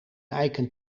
eiken